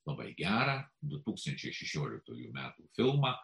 labai gerą du tūkstančiai šešioliktųjų metų filmą